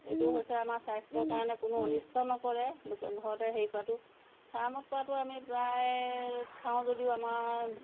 এইটো হৈছে আমাৰ স্বাস্থ্যৰ কাৰণে কোনো অনিষ্ট নকৰে ঘৰতে হেৰি কৰাটো ফাৰ্মত কৰাটো আমি প্ৰায় খাওঁ যদিও আমাৰ